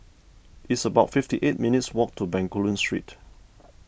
it's about fifty eight minutes' walk to Bencoolen Street